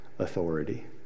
authority